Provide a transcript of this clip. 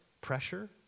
pressure